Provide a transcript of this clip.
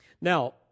Now